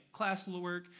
classwork